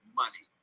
money